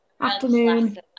Afternoon